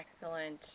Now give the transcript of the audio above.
excellent